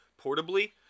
portably